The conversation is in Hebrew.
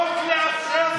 בושה לכם.